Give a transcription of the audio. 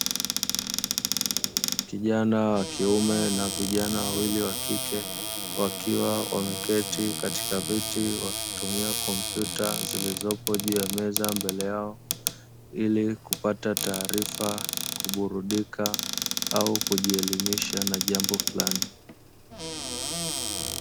Kijana wa kiume na vijana wawili wa kike, wakiwa wameketi katika viti wakitumia kompyuta zilizopo juu ya meza mbele yao, ili kupata taarifa kuburudika au kujielimisha na jambo fulani.